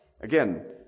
Again